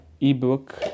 ebook